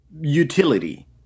utility